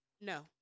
No